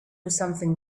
something